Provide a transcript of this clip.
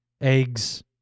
eggs